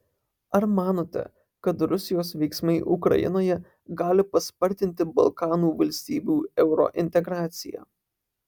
ar manote kad rusijos veiksmai ukrainoje gali paspartinti balkanų valstybių eurointegraciją